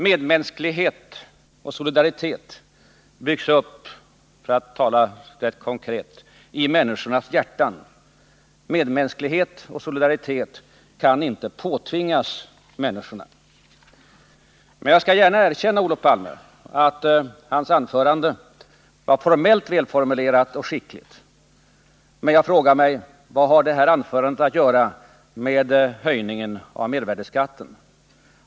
Medmänsklighet och solidaritet byggs upp i människornas hjärtan. Medmänsklighet och solidaritet kan inte påtvingas människorna. Jag skall gärna erkänna att Olof Palmes anförande var formellt välformulerat och skickligt, men jag frågar mig: Vad hade det att göra med höjningen av mervärdeskatten?